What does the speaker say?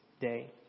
day